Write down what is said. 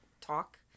talk